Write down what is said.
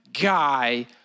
guy